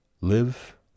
live